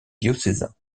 diocésain